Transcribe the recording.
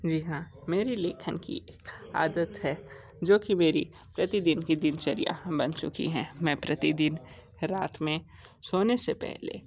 जी हाँ मेरे लेखन की आदत है जो कि मेरी प्रतिदिन की दिनचर्या बन चुकी हैं मैं प्रतिदिन रात में सोने से पहले